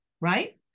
Right